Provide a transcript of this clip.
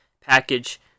package